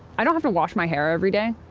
i don't have to wash my hair every day,